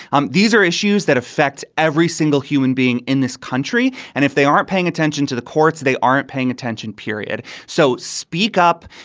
um these are issues that affect every single human being in this country. and if they aren't paying attention to the courts, they aren't paying attention, period. so speak up.